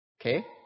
Okay